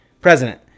president